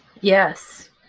yes